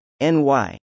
NY